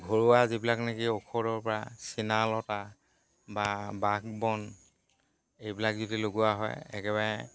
ঘৰুৱা যিবিলাক নেকি ঔষধৰ পৰা চিনা লতা বা বাগ বন এইবিলাক যদি লগোৱা হয় একেবাৰে